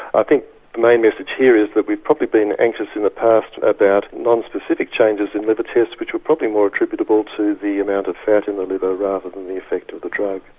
i think the main message here is that we've probably been anxious in the past about non-specific changes in liver tests which were probably more attributable to the amount of fat in the liver rather than the effect of the drug.